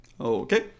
Okay